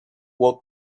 what